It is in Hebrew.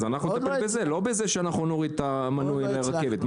אז נטפל בזה, לא בזה שנוריד את המנוי לרכבת.